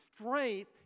strength